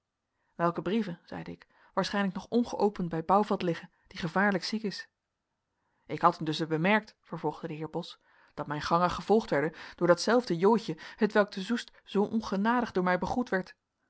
welke brieven zeide ik waarschijnlijk nog ongeopend bij bouvelt liggen die gevaarlijk ziek is ik had intusschen bemerkt vervolgde de heer bos dat mijn gangen gevolgd werden door datzelfde joodje hetwelk te soest zoo ongenadig door mij begroet werd